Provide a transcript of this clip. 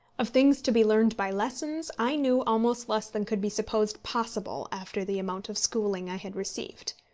of things to be learned by lessons i knew almost less than could be supposed possible after the amount of schooling i had received.